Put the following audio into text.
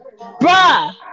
Bruh